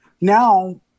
now